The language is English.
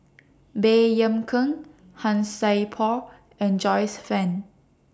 Baey Yam Keng Han Sai Por and Joyce fan